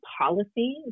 policy